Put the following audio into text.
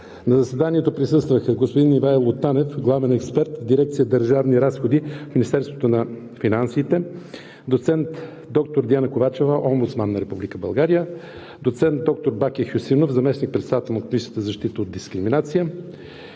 На заседанието присъстваха: господин Ивайло Танев – главен експерт в дирекция „Държавни разходи“ в Министерството на финансите, доцент доктор Диана Ковачева – Омбудсман на Република България, доцент доктор Баки Хюсеинов – заместник председател на